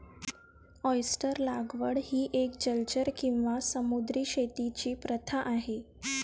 oyster लागवड ही एक जलचर किंवा समुद्री शेतीची प्रथा आहे